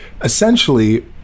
essentially